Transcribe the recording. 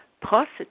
positive